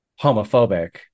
homophobic